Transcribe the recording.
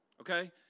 Okay